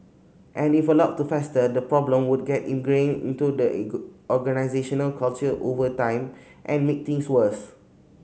and if allowed to fester the problem would get ingrained into the organisational culture over time and make things worse